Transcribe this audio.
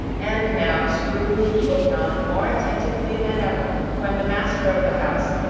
and now scrooge looked on more attentively than ever, when the master of the house,